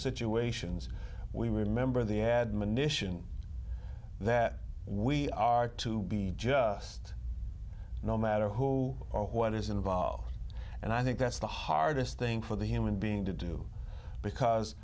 situations we remember the admonition that we are to be just no matter who or what is involved and i think that's the hardest thing for the human being to do because